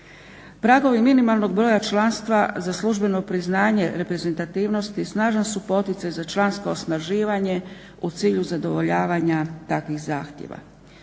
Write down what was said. Pragovi minimalnog broja članstva za službeno priznanje reprezentativnosti snažan su poticaj za članstvo, osnaživanje, u cilju zadovoljavanja takvih zahtjeva.